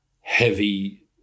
heavy